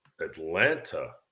Atlanta